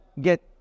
get